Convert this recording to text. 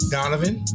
Donovan